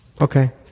Okay